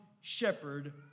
shepherd